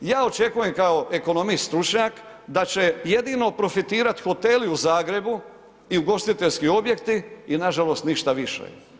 Ja očekujem kao ekonomist, stručnjak, da će jedino profitirati hoteli u Zagrebu i ugostiteljski objekti i nažalost ništa više.